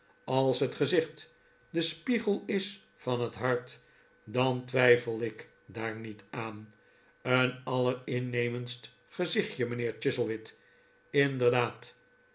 als het gezicht de spiegel is van het hart dan twijfel ik daar niet aan een allerinnemendst gezichtje mijnheer chuzzlewit inderdaad